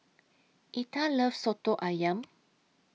Etha loves Soto Ayam